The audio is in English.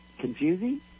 confusing